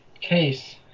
case